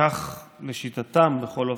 כך לשיטתם, בכל אופן.